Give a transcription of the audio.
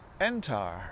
ENTAR